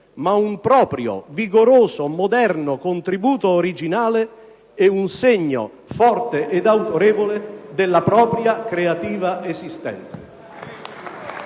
ma un proprio, vigoroso, moderno contributo originale e un segno forte ed autorevole della propria creativa esistenza.